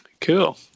Cool